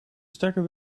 stekker